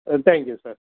thank you sir